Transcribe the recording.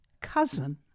cousin